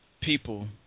people